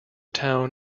town